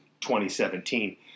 2017